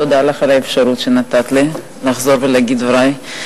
תודה לך על האפשרות שנתת לי לחזור ולהגיד את דברי.